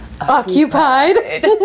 occupied